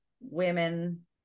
women